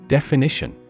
Definition